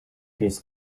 his